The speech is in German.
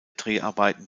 dreharbeiten